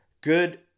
good